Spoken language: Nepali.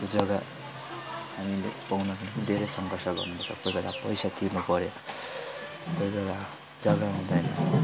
त्यो जग्गा हामीले पाउनको निम्ति धेरै सङ्घर्ष गर्नुपर्छ कोही बेला पैसा तिर्नु पऱ्यो कोही बेला जग्गा हुँदैन